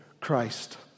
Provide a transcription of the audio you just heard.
Christ